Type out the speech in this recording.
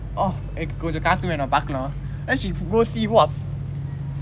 oh எனக்கு கொன்ஜம் காசு வேனும் பாக்கனும்:enakku konjam kaasue venum paakanum then she go see !wah!